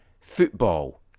football